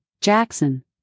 Jackson